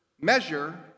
measure